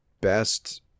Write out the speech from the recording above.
best